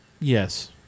yes